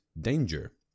danger